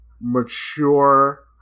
mature